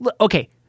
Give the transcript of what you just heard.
okay